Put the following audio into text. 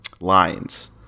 lines